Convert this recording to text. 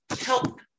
help